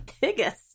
biggest